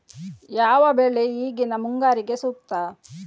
ಯಾವ ಬೆಳೆ ಈಗಿನ ಮುಂಗಾರಿಗೆ ಸೂಕ್ತ?